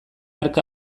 hark